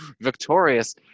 victorious